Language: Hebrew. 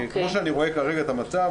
כפי שאני רואה כרגע את המצב,